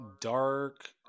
Dark